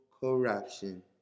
corruption